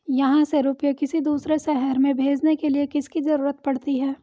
यहाँ से रुपये किसी दूसरे शहर में भेजने के लिए किसकी जरूरत पड़ती है?